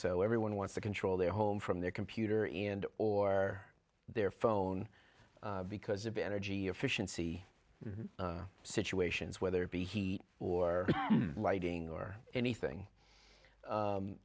so everyone wants to control their home from their computer and or their phone because of energy efficiency situations whether it be heat or lighting or anything